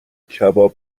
کباب